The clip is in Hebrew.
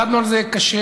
עבדנו על זה קשה.